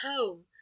home